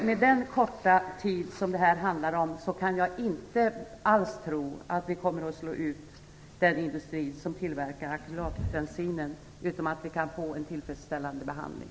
Med den korta tid som det handlar om kan jag inte alls tro att det kommer att slå ut den industri som tillverkar akrylatbensinen, utan vi kan få en tillfredsställande behandling.